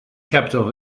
capital